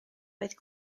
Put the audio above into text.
oedd